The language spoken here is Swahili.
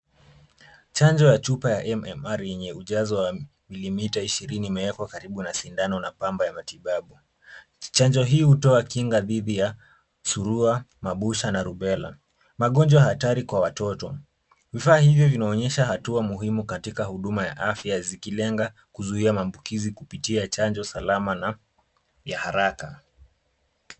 Chanjo ya chupa ya MMR yenye ujazo wa milimita ishirini imewekwa karibu na sindano na pamba ya matibabu. Chanjo hii hutoa kinga dhidi ya surua, mabusha, na rubella. Magonjwa hatari kwa watoto. Vifaa hivyo vinaonyesha hatua muhimu katika huduma ya afya, zikilenga kuzuia mambukizi kupitia chanjo salama na ya haraka.